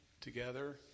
together